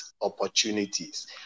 opportunities